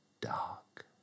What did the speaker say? dark